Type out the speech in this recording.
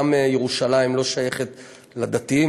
גם ירושלים לא שייכת לדתיים,